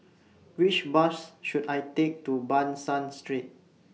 Which Bus should I Take to Ban San Street